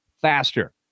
faster